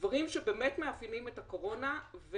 דברים שבאמת מאפיינים את הקורונה.